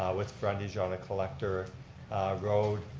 with brundy on a collector road,